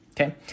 okay